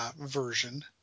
version